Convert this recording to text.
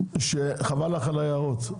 שחבל לך על ההערות,